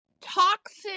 toxic